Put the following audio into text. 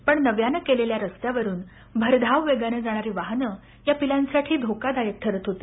पण नव्याने केलेल्या रस्त्यावरून भरधाव वेगाने जाणारी वाहनं या पिल्लांसाठी धोकादायक ठरत होती